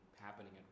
happening